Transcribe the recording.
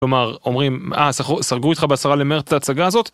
כלומר, אומרים, אה, סגרו איתך בעשרה למרץ את ההצגה הזאת?